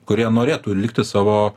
kurie norėtų likti savo